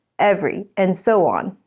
every, and so on.